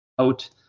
out